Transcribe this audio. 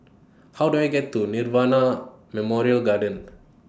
How Do I get to Nirvana Memorial Garden